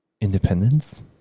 independence